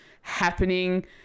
happening